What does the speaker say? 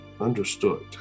Understood